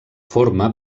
forma